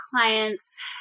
clients